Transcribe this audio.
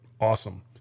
awesome